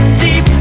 deep